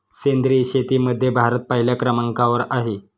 सेंद्रिय शेतीमध्ये भारत पहिल्या क्रमांकावर आहे